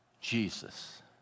Jesus